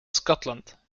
scotland